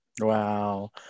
Wow